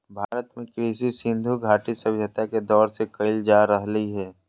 भारत में कृषि सिन्धु घटी सभ्यता के दौर से कइल जा रहलय हें